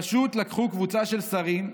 פשוט לקחו קבוצה של שרים,